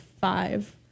five